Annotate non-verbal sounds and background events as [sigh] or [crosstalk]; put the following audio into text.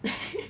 [laughs]